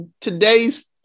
today's